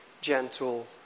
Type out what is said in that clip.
gentle